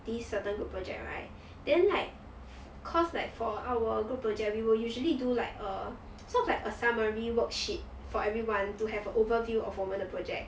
this certain group project right then like cause like for our group project we will usually do like err so it's like a summary worksheet for everyone to have a overview of 我们的 project